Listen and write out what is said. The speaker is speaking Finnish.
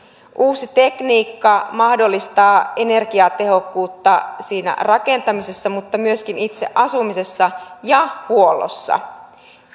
uusi tekniikka mahdollistaa energiatehokkuutta rakentamisessa mutta myöskin itse asumisessa ja huollossa